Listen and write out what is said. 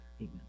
Amen